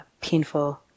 painful